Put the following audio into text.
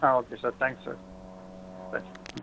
ஆ okay sir thanks sir thanks ம்